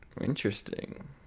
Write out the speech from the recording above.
Interesting